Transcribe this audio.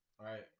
Right